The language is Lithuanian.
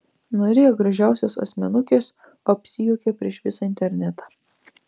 norėjo gražiausios asmenukės o apsijuokė prieš visą internetą